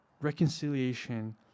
reconciliation